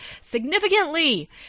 significantly